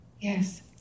Yes